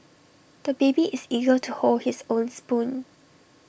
the baby is eager to hold his own spoon